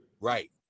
right